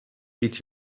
did